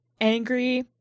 angry